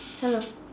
hello